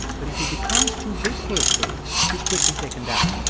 but if he becomes too big for his boots, he's quickly taken down.